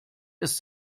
ist